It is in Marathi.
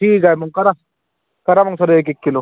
ठीक आहे मग करा करा मग सर्व एक एक किलो